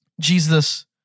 Jesus